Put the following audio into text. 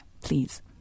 please